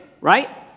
right